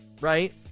right